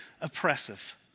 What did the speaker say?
oppressive